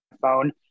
phone